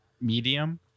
medium